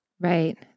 Right